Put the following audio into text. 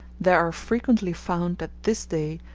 there are frequently found, at this day,